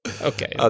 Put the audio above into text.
okay